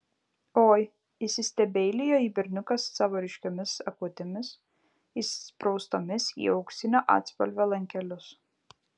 oi įsistebeilijo į berniuką savo ryškiomis akutėmis įspraustomis į auksinio atspalvio lankelius